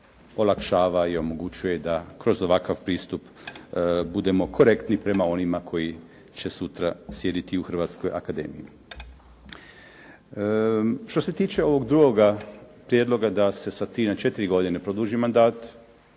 i omogućava da kroz ovakav pristup budemo korektni prema onima koji će sutra sjediti u Hrvatskoj akademiji. Što se tiče ovog drugoga prijedloga da se sa tri na četiri godine produži mandat,